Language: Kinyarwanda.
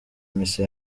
misa